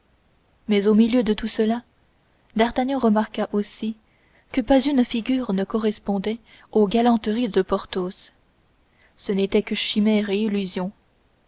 mais au milieu de tout cela d'artagnan remarqua aussi que pas une figure ne correspondait aux galanteries de porthos ce n'étaient que chimères